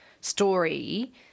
story